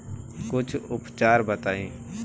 कुछ उपचार बताई?